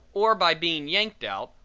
or by being yanked out,